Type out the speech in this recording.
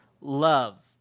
Love